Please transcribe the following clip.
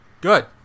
good